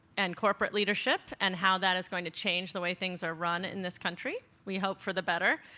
and corporate leadership, and how that is going to change the way things are run in this country, we hope for the better,